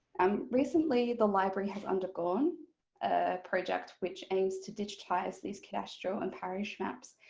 um recently the library has undergone a project which aims to digitise these cadastral and parish maps.